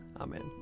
Amen